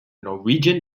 norwegian